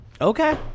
Okay